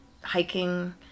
hiking